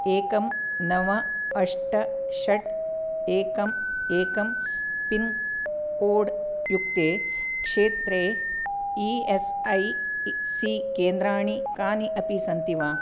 एकम् नव अष्ट षट् एकम् एकम् पिन् कोड् युक्ते क्षेत्रे ई एस् ऐ सी केन्द्राणि कानि अपि सन्ति वा